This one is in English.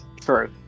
True